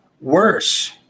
worse